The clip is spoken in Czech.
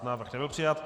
Návrh nebyl přijat.